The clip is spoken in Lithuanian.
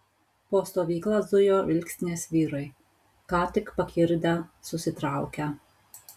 po stovyklą zujo vilkstinės vyrai ką tik pakirdę susitraukę